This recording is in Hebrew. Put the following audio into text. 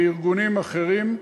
וארגונים אחרים.